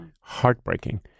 heartbreaking